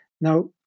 Now